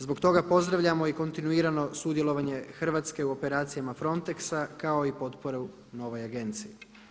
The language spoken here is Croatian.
Zbog toga pozdravljamo i kontinuirano sudjelovanje Hrvatske u operacijama Frontexa kao i potporu novoj agenciji.